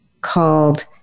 called